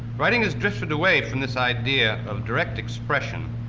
writing has drifted away from this idea of direct expression,